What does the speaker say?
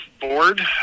board